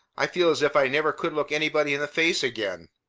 i feel as if i never could look anybody in the face again!